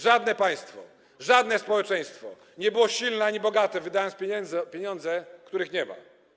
Żadne państwo, żadne społeczeństwo nie było silne ani bogate, wydając pieniądze, których nie ma.